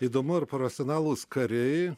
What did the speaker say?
įdomu ar profesionalūs kariai